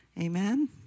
Amen